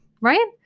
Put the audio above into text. right